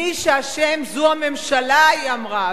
מי שאשם זו הממשלה, היא אמרה.